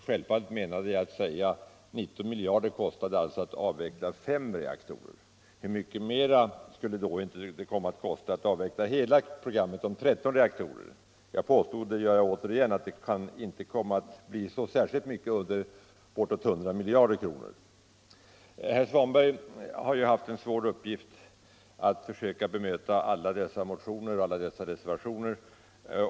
Självfallet avsåg jag att säga: 19 miljarder kostar det att avveckla 5 reaktorer. Hur mycket mer skulle det då inte komma att kosta att avveckla hela programmet om 13 reaktorer? Jag påstod — det gör jag återigen — att kostnaden inte kan komma att ligga särskilt mycket under 100 miljarder kronor. Herr Svanberg har ju haft en svår uppgift med att försöka bemöta alla dessa motioner och reservationer.